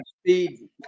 speed